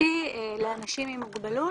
איכותי לאנשים עם מוגבלות